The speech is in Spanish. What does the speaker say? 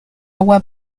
agua